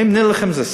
האם זה נראה לכם סביר?